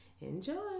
enjoy